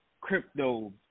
crypto